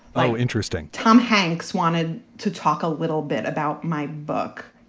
oh, interesting. tom hanks wanted to talk a little bit about my book,